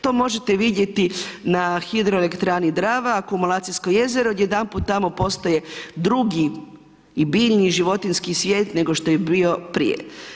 To možete vidjeti na hidroelektrani Dravi, akumulacijsko jezero, gdje jedanput tamo postoje drugi i biljni i životinjski svijet, nego što je bio i prije.